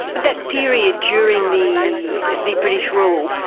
that period during the the british rule,